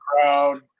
crowd